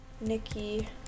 Nikki